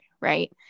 right